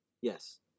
yes